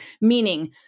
meaning